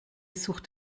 sucht